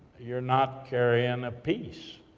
you're not carrying a piece.